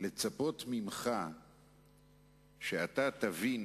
לצפות ממך שאתה תבין